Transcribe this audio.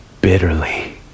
bitterly